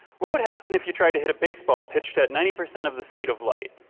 what would happen if you tried to hit a baseball pitched at ninety percent of the speed of light?